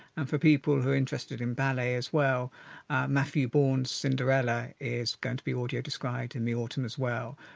and for people who are interested in ballet as well matthew bourne's cinderella is going to be audio-described in the autumn as well.